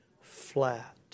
Flat